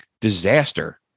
disaster